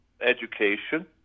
education